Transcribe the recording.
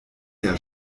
der